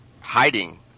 hiding